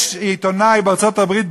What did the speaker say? יש עיתונאי בארצות-הברית,